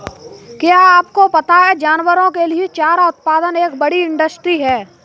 क्या आपको पता है जानवरों के लिए चारा उत्पादन एक बड़ी इंडस्ट्री है?